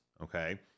okay